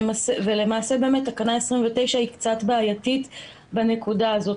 למעשה תקנה 29 קצת בעייתית בנקודה הזאת.